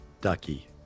Ducky